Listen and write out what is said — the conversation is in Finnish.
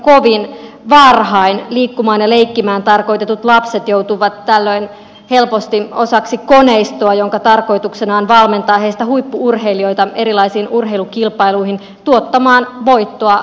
liikkumaan ja leikkimään tarkoitetut lapset joutuvat tällöin helposti osaksi koneistoa jonka tarkoituksena on valmentaa heistä huippu urheilijoita erilaisiin urheilukilpailuihin tuottamaan voittoa vedonlyöjille